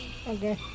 Okay